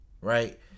right